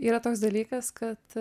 yra toks dalykas kad